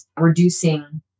reducing